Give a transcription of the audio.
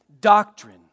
doctrine